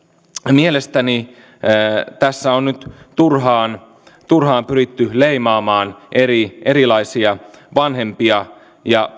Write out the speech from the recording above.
mielestäni tässä on nyt turhaan turhaan pyritty leimaamaan erilaisia vanhempia ja